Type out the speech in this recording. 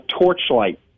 torchlight